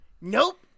Nope